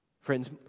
Friends